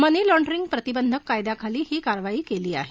मनी laundering प्रतिबंधक कायद्याखाली ही कारवाई केली आहे